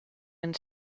and